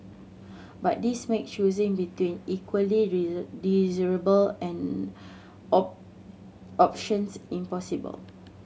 but this makes choosing between equally desirable and options impossible